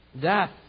death